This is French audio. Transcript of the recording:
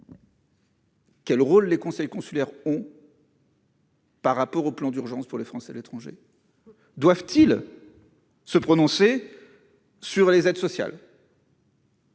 le rôle des conseils consulaires dans l'application du plan d'urgence pour les Français de l'étranger. Doivent-ils se prononcer sur les aides sociales ?